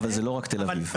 אבל זה לא רק תל אביב.